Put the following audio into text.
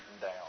down